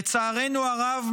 לצערנו הרב,